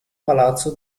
palazzo